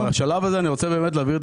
אז זהו בשלב הזה אני רוצה באמת להעביר את